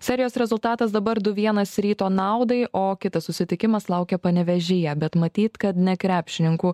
serijos rezultatas dabar du vienasryto naudai o kitas susitikimas laukia panevėžyje bet matyt kad ne krepšininkų